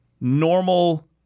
normal